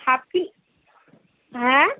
half কি হ্যাঁ